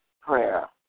Prayer